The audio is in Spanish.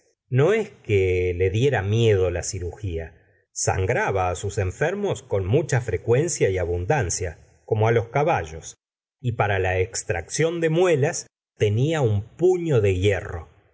no es que le eiziaga miedo la cirujía sangraba sus enfermos con it ücha frecuencia y abundancia como los caballos y para la estracción de muelas tenia un puño de hierro